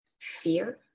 fear